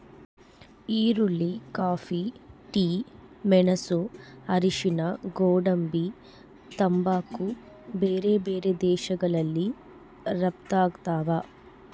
ಈರುಳ್ಳಿ coffee tea ಮೆಣಸು ಅರಿಶಿಣ ಗೋಡಂಬಿ ತಂಬಾಕು ಬೇರೆ ಬೇರೆ ದೇಶಗಳಿಗೆ ರಪ್ತಾಗ್ತಾವ